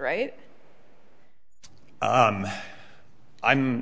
right i'm